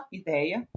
ideia